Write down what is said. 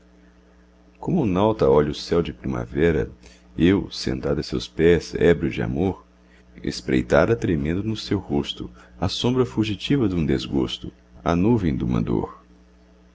como o nauta olha o céu de primavera eu sentado a seus pés ébrio de amor espreitara tremendo no seu rosto a sombra fugitiva dum desgosto à nuvem duma dor